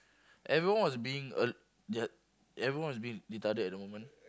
everyone was being uh uh everyone was being retarded at the moment